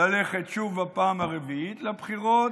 ללכת שוב, בפעם הרביעית, לבחירות.